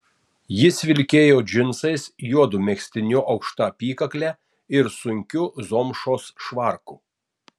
jis vilkėjo džinsais juodu megztiniu aukšta apykakle ir sunkiu zomšos švarku